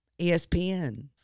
ESPN